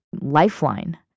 lifeline